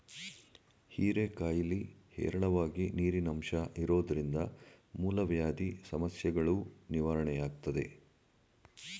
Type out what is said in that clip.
ಹೀರೆಕಾಯಿಲಿ ಹೇರಳವಾಗಿ ನೀರಿನಂಶ ಇರೋದ್ರಿಂದ ಮೂಲವ್ಯಾಧಿ ಸಮಸ್ಯೆಗಳೂ ನಿವಾರಣೆಯಾಗ್ತದೆ